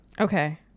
okay